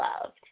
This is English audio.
loved